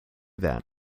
that